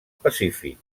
pacífic